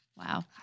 Wow